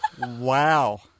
Wow